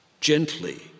gently